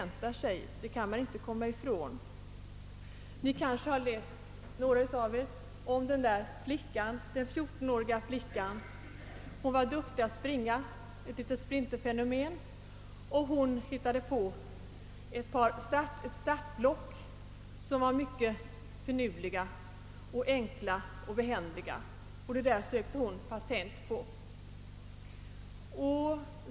Några av kammarens ledamöter har kanske läst om den 14-åriga flicka — ett litet sprinterfenomen — som hittade på ett startblock, som var mycket finurligt, enkelt och behändigt. På detta startblock sökte hon patent.